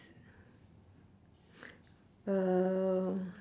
uh